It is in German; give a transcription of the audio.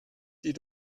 die